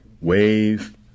wave